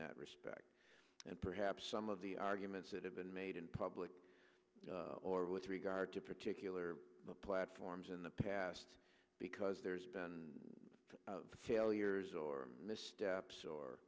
that respect and perhaps some of the arguments that have been made in public or with regard to particular platforms in the past because there's been failures or miss